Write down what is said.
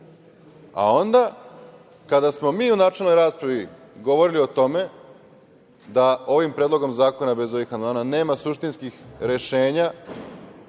a onda kada smo mi u načelnoj raspravi govorili o tome da ovim predlogom zakona, bez ovih amandmana, nema suštinskih rešenja